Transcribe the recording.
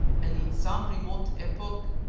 and in some remote epoch,